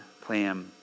plan